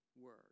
word